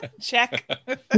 check